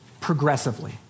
progressively